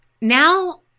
Now